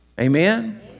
Amen